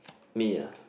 me ah